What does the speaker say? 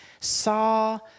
saw